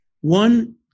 One